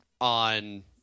on